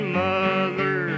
mother